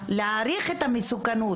להעריך את המסוכנות.